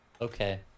Okay